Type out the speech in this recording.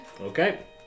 Okay